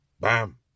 Bam